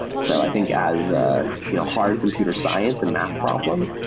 so i think as ah you know hard computer science and math problem,